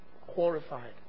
horrified